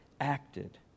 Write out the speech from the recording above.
acted